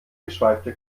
geschweifte